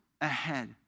ahead